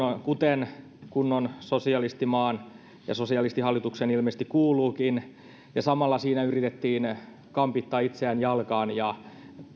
kuten kunnon sosialistimaan ja sosialistihallituksen ilmeisesti kuuluukin ja samalla siinä yritettiin kampittaa itseään ja